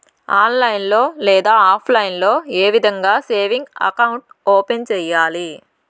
online లో లేదా offline లో ఏ విధంగా సేవింగ్ అకౌంట్ ఓపెన్ సేయాలి